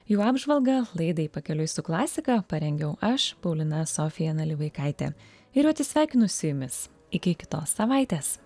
jų apžvalgą laidai pakeliui su klasika parengiau aš paulina sofija nalivaikaitė ir atsisveikinusi su jumis iki kitos savaitės